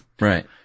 Right